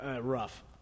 Rough